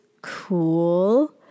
cool